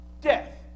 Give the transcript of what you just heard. Death